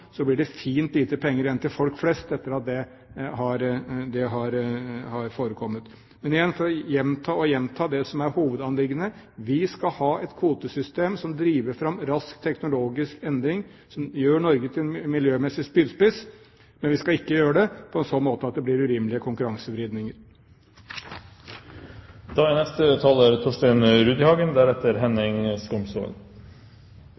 blir det fint lite penger igjen til folk flest. Men igjen, for å gjenta og gjenta det som er hovedanliggende: Vi skal ha et kvotesystem som driver fram rask teknologisk endring, som gjør Norge til en miljømessig spydspiss, men vi skal ikke gjøre det på en sånn måte at det blir urimelige konkurransevridninger. Eg startar med å understreke at for Arbeidarpartiet er